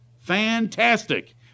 Fantastic